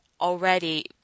already